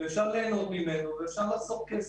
אפשר ליהנות ממנו ואפשר לחסוך כסף.